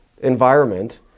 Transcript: environment